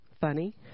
funny